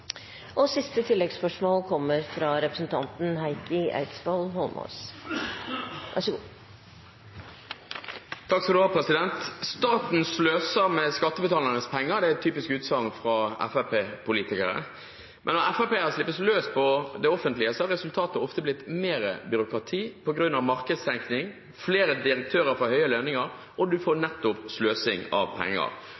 Heikki Eidsvoll Holmås – til oppfølgingsspørsmål. Staten sløser med skattebetalernes penger – det er et typisk utsagn fra Fremskrittsparti-politikere. Men når Fremskrittsparti-politikere slippes løs på det offentlige, har resultatet ofte blitt mer byråkrati på grunn av markedstenkning, flere direktører får høye lønninger, og man får